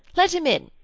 let him in.